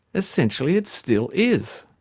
essentially it still is.